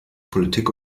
politik